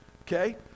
okay